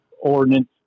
ordinance